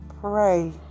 pray